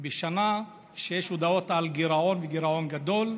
בשנה שיש הודעות על גירעון, וגירעון גדול,